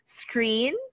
screen